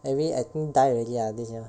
anyway I think die already lah this year